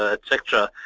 ah etc,